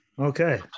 Okay